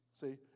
See